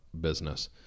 business